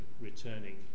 returning